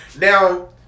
Now